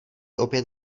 opět